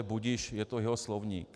Budiž, je to jeho slovník.